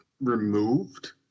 removed